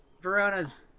Verona's